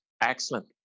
Excellent